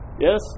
Yes